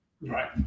Right